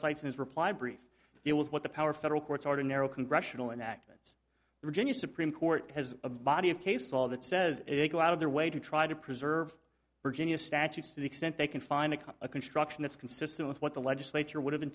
his reply brief it was what the power federal courts are to narrow congressional enactments virginia supreme court has a body of case law that says they go out of their way to try to preserve virginia statutes to the extent they can find a construction that's consistent with what the legislature would have